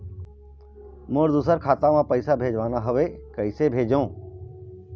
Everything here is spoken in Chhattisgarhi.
मोर दुसर खाता मा पैसा भेजवाना हवे, कइसे भेजों?